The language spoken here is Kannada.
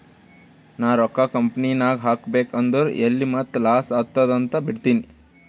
ನಾ ರೊಕ್ಕಾ ಕಂಪನಿನಾಗ್ ಹಾಕಬೇಕ್ ಅಂದುರ್ ಎಲ್ಲಿ ಮತ್ತ್ ಲಾಸ್ ಆತ್ತುದ್ ಅಂತ್ ಬಿಡ್ತೀನಿ